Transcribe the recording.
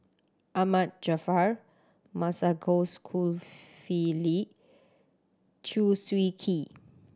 Ahmad Jaafar Masagos Zulkifli Chew Swee Kee